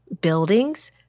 buildings